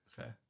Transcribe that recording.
Okay